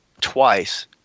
twice